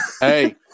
Hey